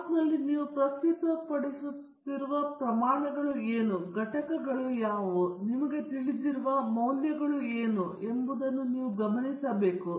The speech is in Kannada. ಗ್ರಾಫ್ನಲ್ಲಿ ನೀವು ಪ್ರಸ್ತುತಪಡಿಸುತ್ತಿರುವ ಪ್ರಮಾಣಗಳು ಏನು ಘಟಕಗಳು ಯಾವುವು ನಿಮಗೆ ತಿಳಿದಿರುವ ಅವುಗಳು ಹೊಂದಿರುವ ಮೌಲ್ಯಗಳು ಯಾವುವು ಎಂಬುದನ್ನು ನೀವು ಗಮನಿಸಬೇಕು